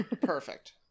Perfect